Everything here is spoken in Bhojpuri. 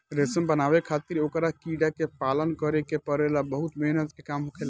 रेशम बनावे खातिर ओकरा कीड़ा के पालन करे के पड़ेला बहुत मेहनत के काम होखेला